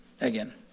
Again